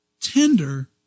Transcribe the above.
tender